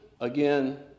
again